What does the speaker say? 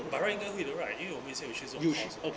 应该会的 right 因为我们以前去这种 course right